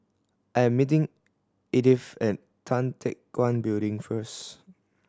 I am meeting Edyth at Tan Teck Guan Building first